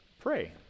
pray